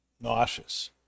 nauseous